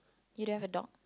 you don't have a dog